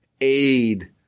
aid